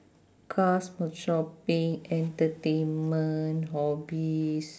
cars or shopping entertainment hobbies